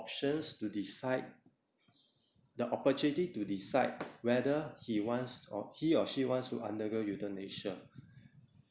options to decide the opportunity to decide whether he wants or he or she wants to undergo euthanasia